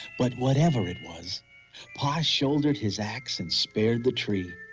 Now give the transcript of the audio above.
but whatever it was papa shouldered his ax and spared the tree